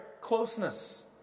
closeness